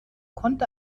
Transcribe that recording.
konnte